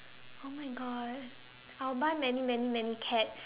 oh my god I'll buy many many many cats